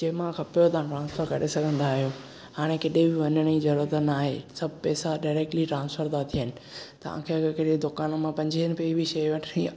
जंहिं महिल खपेव तव्हां ट्रांसफ़र करे सघंदा आहियो हाणे केॾे बि वञणु जी ज़रूरत नाहे सभु पैसा डाइरेक्टली ट्रांसफ़र था थियनि तव्हांखे अग॒रि कहिड़ी बि दुकानु मां पंजे रुपए जी बि शै वठणी आहे